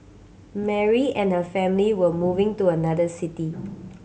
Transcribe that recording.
Mary and her family were moving to another city